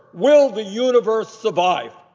will the universe survive?